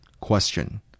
Question